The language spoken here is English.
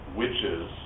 witches